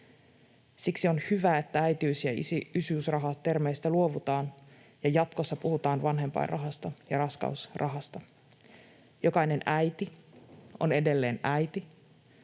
Siksi on hyvä, että äitiys- ja isyysrahatermeistä luovutaan ja jatkossa puhutaan vanhempainrahasta ja raskausrahasta. Jokainen äiti on edelleen äiti,